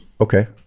Okay